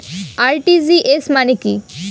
RTGS মানে কি?